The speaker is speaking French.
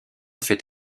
fait